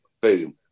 Boom